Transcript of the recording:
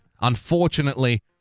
Unfortunately